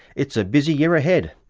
it's a busy year ahead.